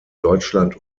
deutschland